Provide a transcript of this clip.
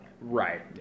Right